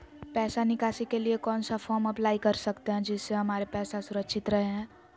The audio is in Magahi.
पैसा निकासी के लिए कौन सा फॉर्म अप्लाई कर सकते हैं जिससे हमारे पैसा सुरक्षित रहे हैं?